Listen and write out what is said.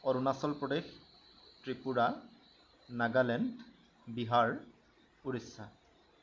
Arunachal Pradesh Tripura Nagaland Bihar Orissa